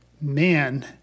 Man